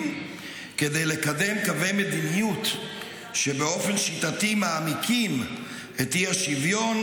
כדי לקדם קווי מדיניות שבאופן שיטתי מעמיקים את האי-שוויון,